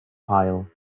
pyle